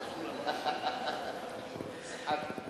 הצחקת.